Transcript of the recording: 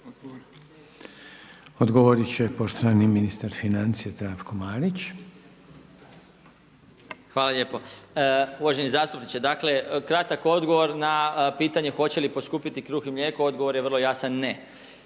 Odgovorit će poštovani ministar financija Zdravko Marić. **Marić, Zdravko** Hvala lijepo. Uvaženi zastupniče, dakle kratak odgovor na pitanje hoće li poskupiti kruh i mlijeko. Odgovor je vrlo jasan ne.